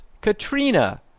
Katrina